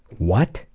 what,